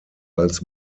als